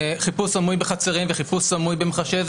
חיפוש סמוי בחצרים וחיפוש סמוי במחשב,